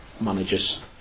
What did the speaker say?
managers